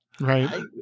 right